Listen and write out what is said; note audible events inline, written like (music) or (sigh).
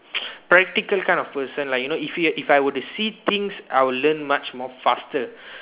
(noise) practical kind of person like you know if you have if I were to see things I will learn much more faster